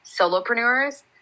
Solopreneurs